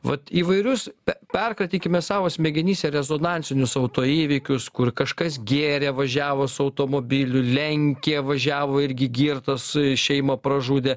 vat įvairius perkratykime savo smegenyse rezonansinius autoįvykius kur kažkas gėrė važiavo su automobiliu lenkė važiavo irgi girtas šeimą pražudė